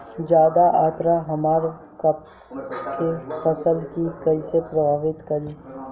ज्यादा आद्रता हमार कपास के फसल कि कइसे प्रभावित करी?